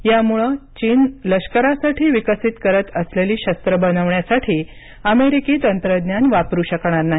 यामुळे चीन लष्करासाठी विकसित करत असलेली शस्त्र बनवण्यासाठी अमेरिकी तंत्रज्ञान वापरू शकणार नाही